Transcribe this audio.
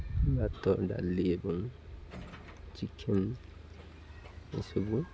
ଭାତ ଡାଲି ଏବଂ ଚିକେନ୍ ଏସବୁ